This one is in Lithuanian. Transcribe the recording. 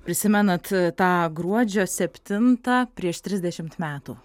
prisimenat tą gruodžio septintą prieš trisdešimt metų